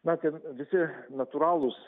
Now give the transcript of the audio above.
na ten visi natūralūs